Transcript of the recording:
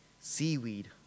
Seaweed